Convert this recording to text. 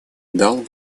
дал